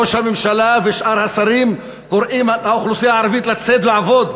ראש הממשלה ושאר השרים קוראים לאוכלוסייה הערבית לצאת לעבוד,